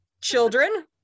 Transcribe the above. children